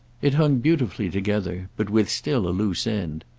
it hung beautifully together, but with still a loose end.